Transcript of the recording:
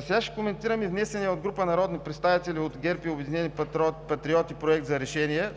Сега ще коментираме внесения от група народни представители от ГЕРБ и „Обединени патриоти“ Проект за решение.